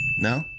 No